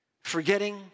Forgetting